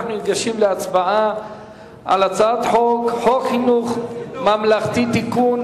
אנחנו ניגשים להצבעה על הצעת חוק חינוך ממלכתי (תיקון,